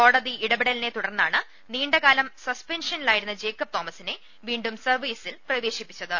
കോടതി ഇടപെടലിനെ തുടർന്നാണ് നീണ്ട കാലം സസ്പെൻഷനിലായിരുന്ന ജേക്കബ് തോമസിനെ വീണ്ടും സർവീസിൽ പ്രവേശിപ്പിച്ചത്